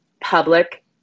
public